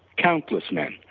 countless men.